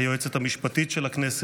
היועצת המשפטית של הכנסת,